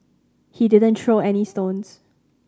he didn't throw any stones